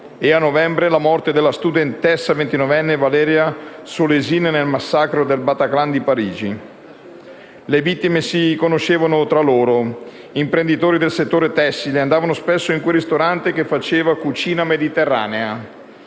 e a novembre la morte della studentessa ventinovenne Valeria Solesin nel massacro del Bataclan di Parigi. Le vittime si conoscevano tra loro: imprenditori del settore tessile, andavano spesso in quel ristorante che serve cucina mediterranea,